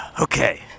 Okay